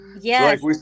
Yes